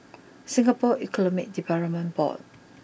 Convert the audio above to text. Singapore Economic Development Board